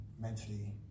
mentally